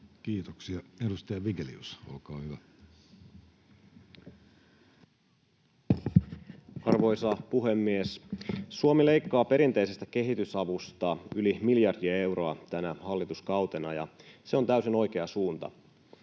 Kiitoksia. — Edustaja Vigelius, olkaa hyvä. Arvoisa puhemies! Suomi leikkaa perinteisestä kehitysavusta yli miljardi euroa tänä hallituskautena, ja se on täysin oikea suunta.